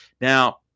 now